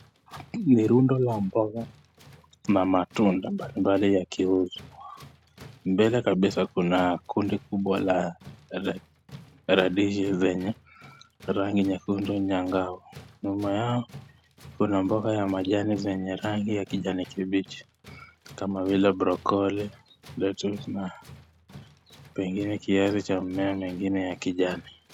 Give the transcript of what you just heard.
Ni rundo la mboga na matunda mbalimbali ya kiuzwa. Mbele kabisa kuna kundi kubwa la radishi zenye rangi nyekundu nyangavu. Nyuma yao kuna mboga za majani zenye rangi ya kijani kibichi kama vile broccoli, lettuce , na pengine kiasi cha mimea mingine ya kijani.